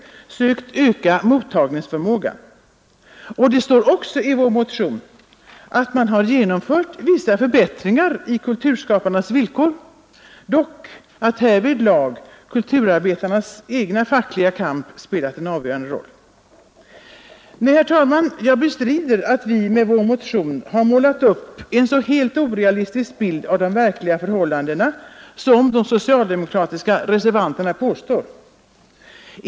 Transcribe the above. Det står också i vår motion att man genomfört vissa förbättringar av kulturskaparnas villkor men att kulturarbetarnas egen fackliga kamp härvidlag spelat en avgörande roll. Nej, herr talman, jag bestrider att vi i vår motion målat upp en helt orealistisk bild av de verkliga förhållandena, såsom de socialdemokratiska reservanterna påstår.